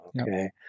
Okay